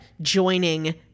joining